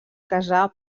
casar